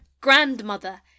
grandmother